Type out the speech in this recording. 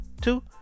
Two